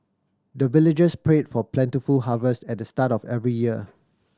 the villagers pray for plentiful harvest at the start of every year